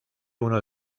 uno